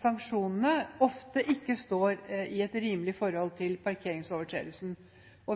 sanksjonene ofte ikke står i et rimelig forhold til parkeringsovertredelsene.